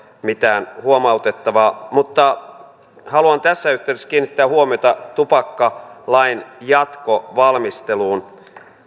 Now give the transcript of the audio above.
mitään huomautettavaa mutta haluan tässä yhteydessä kiinnittää huomiota tupakkalain jatkovalmisteluun